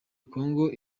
congo